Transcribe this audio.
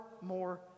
more